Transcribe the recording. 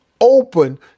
open